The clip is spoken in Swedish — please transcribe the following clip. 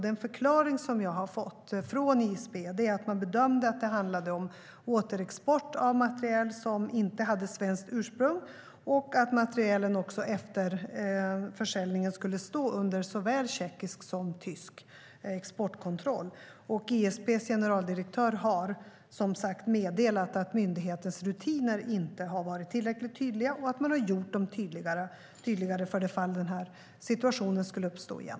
Den förklaring jag har fått från ISP är att man bedömde att det handlade om återexport av materiel som inte hade svenskt ursprung och att materielen efter försäljningen skulle stå under såväl tjeckisk som tysk exportkontroll. ISP:s generaldirektör har som sagt meddelat att myndighetens rutiner inte har varit tillräckligt tydliga och att man har gjort dem tydligare för det fall den här situationen skulle uppstå igen.